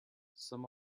some